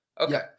Okay